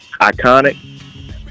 iconic